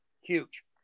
Huge